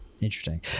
Interesting